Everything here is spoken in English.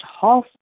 half